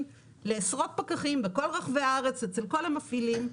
לעשרות פקחים בכל רחבי הארץ אצל כל המפעילים.